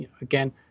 again